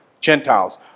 Gentiles